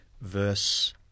verse